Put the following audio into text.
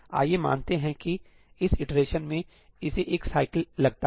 आइए मानते हैं कि एक इटरेशन में इसे एक साइकिल लगता है